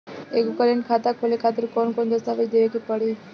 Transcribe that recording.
एगो करेंट खाता खोले खातिर कौन कौन दस्तावेज़ देवे के पड़ी?